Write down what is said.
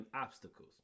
obstacles